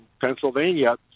Pennsylvania